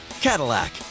Cadillac